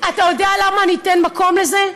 אתה יודע למה אני אתן מקום לזה?